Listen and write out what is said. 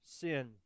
sin